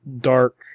dark